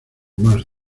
más